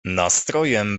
nastrojem